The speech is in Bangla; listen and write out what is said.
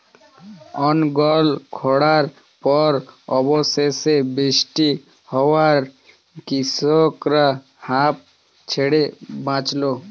অনর্গল খড়ার পর অবশেষে বৃষ্টি হওয়ায় কৃষকরা হাঁফ ছেড়ে বাঁচল